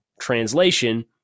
translation